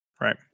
right